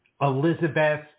Elizabeth